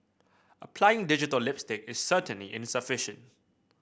applying digital lipstick is certainly insufficient